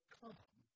come